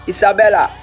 Isabella